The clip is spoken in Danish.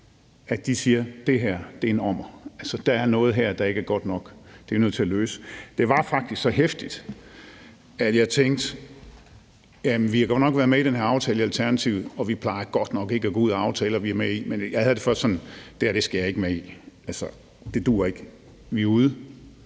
børn, siger, at det her er en ommer, og at der er noget her, der ikke er godt nok. Det er vi nødt til at løse. Det var faktisk så heftigt, at jeg tænkte, at godt nok har vi været med i den her aftale i Alternativet, og godt nok plejer vi ikke at gå ud af aftaler, vi er med i, men jeg havde det faktisk sådan, at det her skal jeg ikke være med i; det duer ikke – vi er ude.